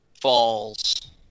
falls